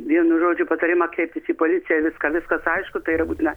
vienu žodžiu patarimą kreiptis į policiją viską viskas aišku tai yra būtina